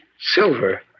Silver